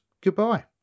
Goodbye